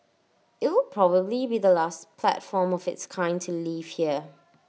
IT will probably be the last platform of its kind to leave here